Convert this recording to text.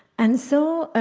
and so